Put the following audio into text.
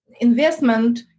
investment